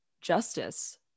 Justice